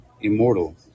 immortal